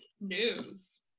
news